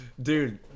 Dude